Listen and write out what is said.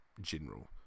general